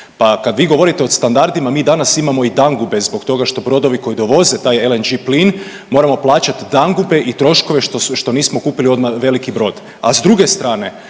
Pa kad vi govorite o standardima, mi danas imamo i dangube zbog toga što brodovi koji dovoze taj LNG plin moramo plaćati dangube i troškove što nismo kupili odmah veliki brod. A s druge strane,